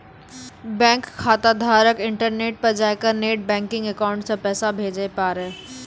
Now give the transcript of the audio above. bank खाताधारक internet पर जाय कै नेट बैंकिंग अकाउंट से पैसा भेजे पारै